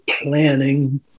planning